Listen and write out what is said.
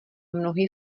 mnohý